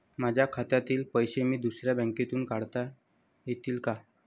माझ्या खात्यातील पैसे मी दुसऱ्या बँकेतून काढता येतील का?